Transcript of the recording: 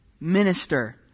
minister